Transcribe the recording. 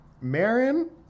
Marin